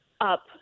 up